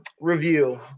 review